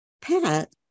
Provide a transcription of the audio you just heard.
Pat